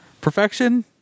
Perfection